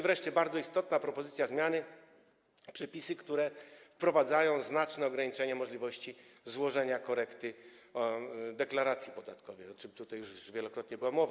Wreszcie bardzo istotna propozycja zmiany, przepisy, które wprowadzają znaczne ograniczenie możliwości złożenia korekty deklaracji podatkowej, o czym tutaj już wielokrotnie była mowa.